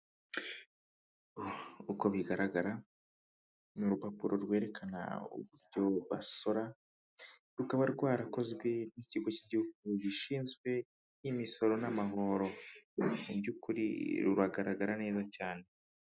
Uko bigaragara ni urupapuro rwerekana uburyo basora, rukaba rwarakozwe n'ikigo cy'igihugu gishinzwe imisoro n'amahoro, mu by'ukuri ruragaragara neza cyane.